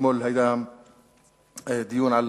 אתמול היה דיון על